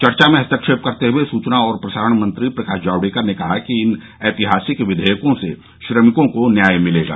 चर्चा में हस्तक्षेप करते हए सूचना और प्रसारण मंत्री प्रकाश जावड़ेकर ने कहा कि इन ऐतिहासिक विधेयकों से श्रमिकों को न्याय मिलेगा